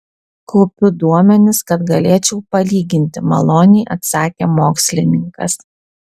kaupiu duomenis kad galėčiau palyginti maloniai atsakė mokslininkas